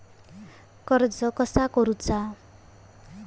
कर्ज कसा करूचा?